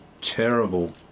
terrible